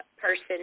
person